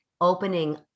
opening